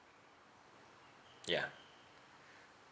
yeah